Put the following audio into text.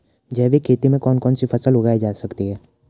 जैविक खेती में कौन कौन सी फसल उगाई जा सकती है?